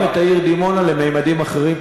ולהרים את העיר דימונה לממדים אחרים.